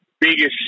biggest